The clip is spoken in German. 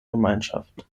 gemeinschaft